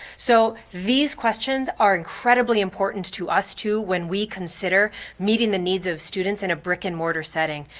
so these questions are incredibly important to us too when we consider meeting the needs of students in a brick and mortar setting.